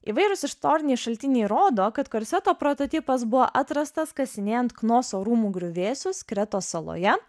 įvairūs ištoriniai šaltiniai rodo kad korseto prototipas buvo atrastas kasinėjant knoso rūmų griuvėsius kretos saloje